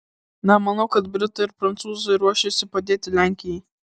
nemanau kad britai ir prancūzai ruošiasi padėti lenkijai